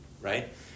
Right